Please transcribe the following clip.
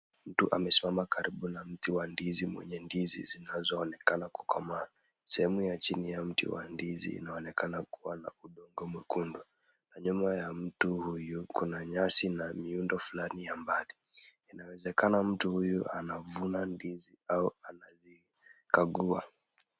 Mtu amesimama karibu na mti wa ndizi mwenye ndizi zinazoonekana kukomaa. Sehemu ya chini ya mti wa ndizi inaonekana kuwa na udongo mwekundu na nyuma ya mtu huyu kuna nyasi na miundo fulani ya mbati. Inawezekana mtu huyu anavuna ndizi au anazikagua.